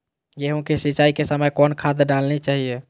गेंहू के सिंचाई के समय कौन खाद डालनी चाइये?